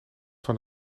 van